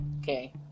Okay